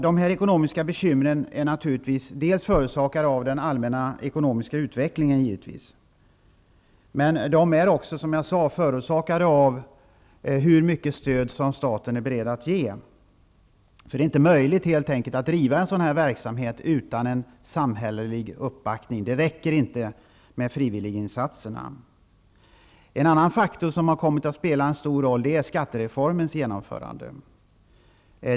De ekonomiska bekymren är givetvis förorsakade av den allmänna ekonomiska utvecklingen, men också av hur mycket stöd som staten är beredd att ge. Det är inte möjligt att driva en sådan verksamhet utan en samhällelig uppbackning. Det räcker inte med de frivilliga insatserna. En annan faktor som har kommit att spela en stor roll är skattereformens genomförande.